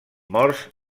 morts